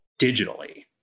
digitally